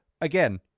Again